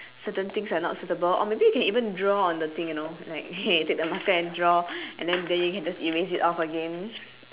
certain things like not suitable or maybe you can even draw on the thing you know like take the marker and draw and then you can erase it off again